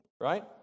right